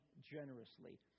generously